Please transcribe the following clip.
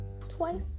twice